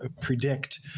predict